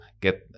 get